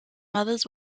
mothers